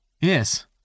Yes